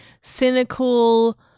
cynical